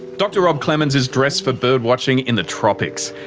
dr rob clemens is dressed for birdwatching in the tropics.